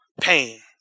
pain